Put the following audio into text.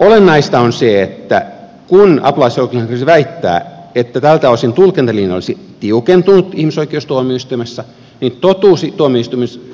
olennaista on se että kun apulaisoikeuskansleri väittää että tältä osin tulkintalinja olisi tiukentunut ihmisoikeustuomioistuimessa niin totuus